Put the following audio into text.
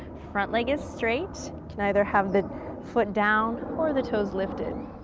front leg is straight. can either have the foot down or the toes lifted.